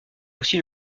aussi